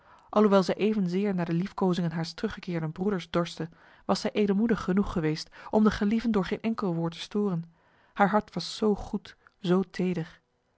alhoewel zij evenzeer naar de liefkozingen haars teruggekeerden broeders dorstte was zij edelmoedig genoeg geweest om de gelieven door geen enkel woord te storen haar hart was zo goed zo